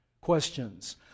questions